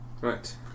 Right